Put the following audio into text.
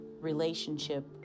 relationship